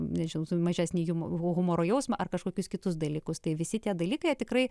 nežinau mažesnį jumo humoro jausmą ar kažkokius kitus dalykus tai visi tie dalykai tikrai